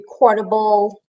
recordable